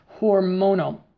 hormonal